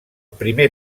primer